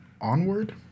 Onward